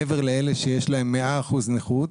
מעבר לאלה שיש להם 100% נכות,